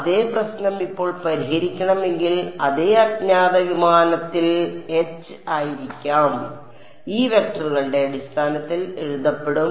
അതേ പ്രശ്നം ഇപ്പോൾ പരിഹരിക്കണമെങ്കിൽ എന്റെ അജ്ഞാത വിമാനത്തിൽ H ആയിരിക്കാം ഈ വെക്റ്ററുകളുടെ അടിസ്ഥാനത്തിൽ എഴുതപ്പെടും